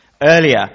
earlier